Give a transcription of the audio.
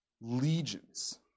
legions